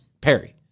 Perry